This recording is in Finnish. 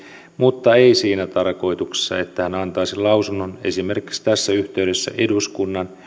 mutta ei siinä tarkoituksessa että hän antaisi lausunnon esimerkiksi tässä yhteydessä eduskunnan